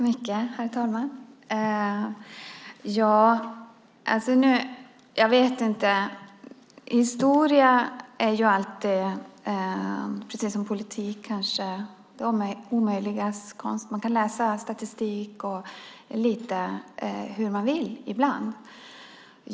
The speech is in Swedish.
Herr talman! Historia är, precis som politik, det möjligas konst. Man kan läsa statistik lite hur man vill ibland.